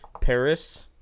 Paris